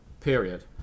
period